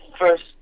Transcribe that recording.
first